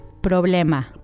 Problema